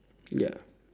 ya